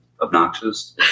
Obnoxious